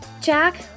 Jack